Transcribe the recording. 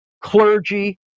clergy